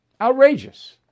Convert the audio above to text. outrageous